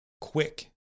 quick